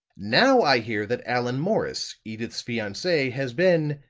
now i hear that allan morris, edyth's fiance, has been,